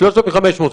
3,500,